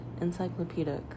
encyclopedic